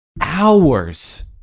hours